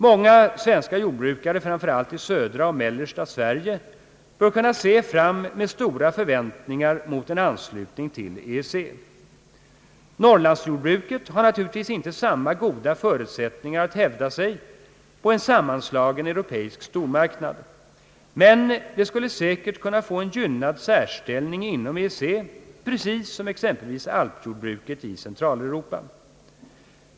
Många svenska jordbrukare, framför allt i södra och mellersta Sverige, bör kunna se fram med stora förväntningar mot en anslutning till EEC. Norrlandsjordbruket har naturligtvis inte samma goda förutsättningar att hävda sig på en sammanslagen europeisk stormarknad. Men det skulle säkert kunna få en gynnad särställning inom EEC, precis som exempelvis alpjordbruket i Centraleuropa.